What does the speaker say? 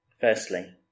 Firstly